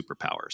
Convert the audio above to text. superpowers